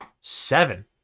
seven